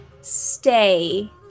stay